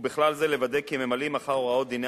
ובכלל זה לוודא כי הם ממלאים אחר הוראות דיני